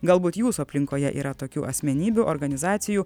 galbūt jūsų aplinkoje yra tokių asmenybių organizacijų